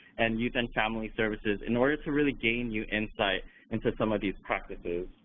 and youth and family services, in order to really gain new insight into some of these practices.